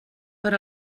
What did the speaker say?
per